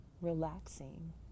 relaxing